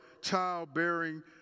childbearing